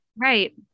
Right